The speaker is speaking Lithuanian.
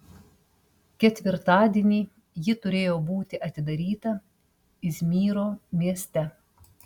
ketvirtadienį ji turėjo būti atidaryta izmyro mieste